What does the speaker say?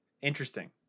interesting